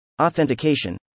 Authentication